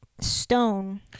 stone